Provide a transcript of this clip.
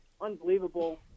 unbelievable